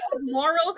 morals